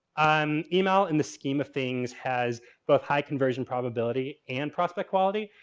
um email in the scheme of things has both high conversion probability and prospect quality.